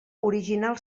original